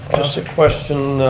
just a question.